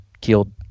killed